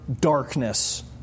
darkness